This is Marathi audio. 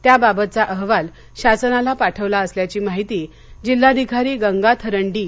त्याबाबतचा अहवाल शासनाला पाठवला असल्याची माहिती जिल्हाधिकारी गंगाथरन डी